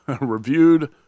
reviewed